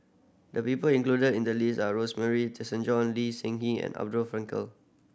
the people included in the list are Rosemary Tessensohn Lee Seng and Abraham Frankel